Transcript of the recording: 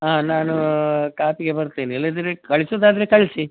ಹಾಂ ನಾನು ಕಾಪಿಗೆ ಬರ್ತೆನೆ ಇಲ್ಲದಿದ್ರೆ ಕಳಿಸೋದಾದ್ರೆ ಕಳಿಸಿ